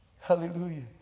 Hallelujah